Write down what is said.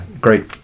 great